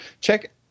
check